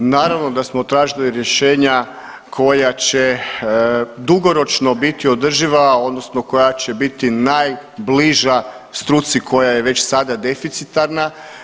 Naravno da smo tražili rješenja koja će dugoročno biti održiva, odnosno koja će biti najbliža struci koja je već sada deficitarna.